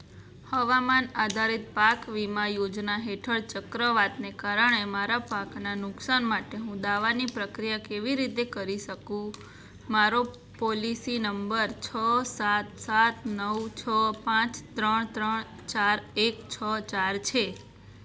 હવામાન આધારિત પાક વીમા યોજના હેઠળ ચક્રવાતને કારણે મારા પાકના નુકસાન માટે હું દાવાની પ્રક્રિયા કેવી રીતે કરી શકું મારો પોલિસી નંબર છ સાત સાત નવ છ પાંચ ત્રણ ત્રણ ચાર એક છ ચાર છે